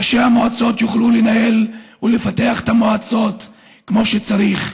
ראשי המועצות יוכלו לנהל ולפתח את המועצות כמו שצריך,